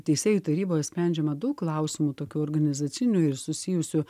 teisėjų taryboje sprendžiama daug klausimų tokių organizacinių ir susijusių